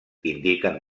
indiquen